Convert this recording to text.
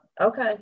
okay